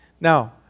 Now